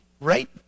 Right